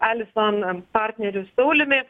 alison am partneriu sauliumi